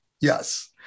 Yes